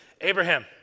Abraham